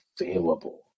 available